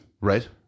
Right